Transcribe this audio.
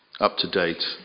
up-to-date